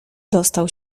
dostał